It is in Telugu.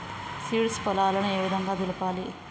సీడ్స్ పొలాలను ఏ విధంగా దులపాలి?